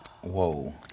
Whoa